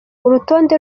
urutonde